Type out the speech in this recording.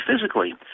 physically